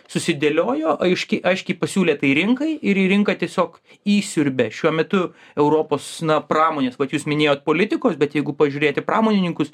susidėliojo aiškiai aiškiai pasiūlė tai rinkai ir į rinką tiesiog įsiurbė šiuo metu europos na pramonės vat jūs minėjot politikos bet jeigu pažiūrėti pramonininkus